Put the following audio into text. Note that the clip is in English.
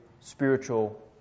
spiritual